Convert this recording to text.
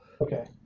Okay